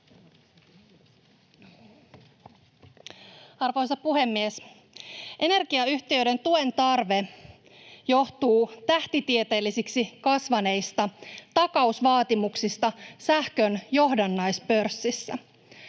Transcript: Arvoisa puhemies! Energiayhtiöiden tuen tarve johtuu tähtitieteellisiksi kasvaneista takausvaatimuksista sähkön johdannaispörssissä.